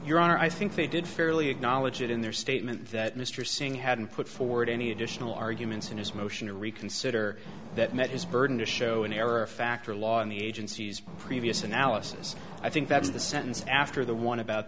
are i think they did fairly acknowledge it in their statement that mr singh hadn't put forward any additional arguments in his motion to reconsider that met his burden to show an error factor law in the agency's previous analysis i think that's the sentence after the one about